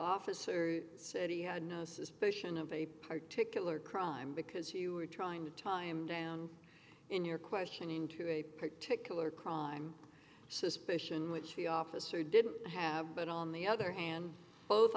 officer said he had no suspicion of a particular crime because you were trying to tie him down in your question into a particular crime suspicion which the officer didn't have but on the other hand both